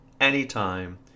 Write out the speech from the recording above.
anytime